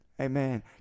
Amen